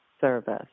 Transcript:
service